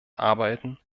arbeiten